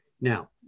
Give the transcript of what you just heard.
Now